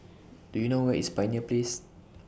Do YOU know Where IS Pioneer Place